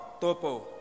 Topo